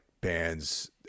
bands